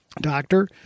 doctor